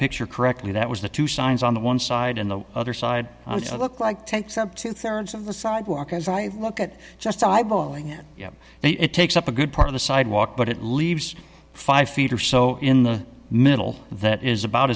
picture correctly that was the two signs on the one side and the other side look like takes up two thirds of the sidewalk as i look at just eyeballing it takes up a good part of the sidewalk but it leaves five feet or so in the middle that is about